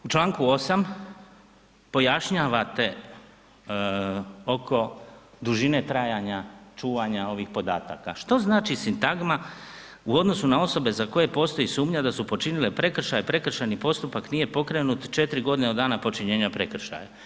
U Članku 8. pojašnjavate oko dužine trajanja čuvanja ovih podataka, što znači sintagma u odnosu na osobe za koje postoji sumnja da su počinile prekršaj, prekršajni postupak nije pokrenut 4 godine od dana počinjenja prekršaja.